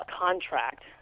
contract